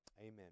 Amen